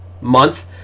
month